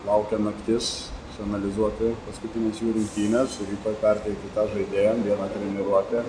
laukia naktis suanalizuoti paskutines jų rungtynes ir rytoj perteikti tą žaidėjam viena treniruotė